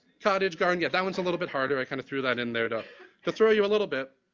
cottage garden, yeah, that one is a little bit harder, i kind of threw that in there. to to throw you a little bit,